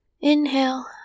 Inhale